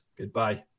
Goodbye